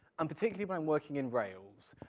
and particularly when i'm working in rails,